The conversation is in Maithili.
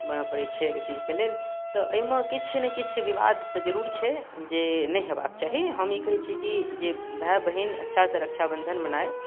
बनऽ पड़ै छै ओइ चीजके लेल तऽ अइमे किछु ने किछु विवाद तऽ जरुर छै जे नहि हेबाक चाही हम ई कहै छियै कि जे भाय बहिन अच्छासँ रक्षाबन्धन मनाये